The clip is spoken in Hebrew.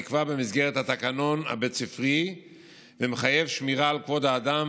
נקבע במסגרת התקנון הבית ספרי המחייב שמירה על כבוד האדם,